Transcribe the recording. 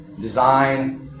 design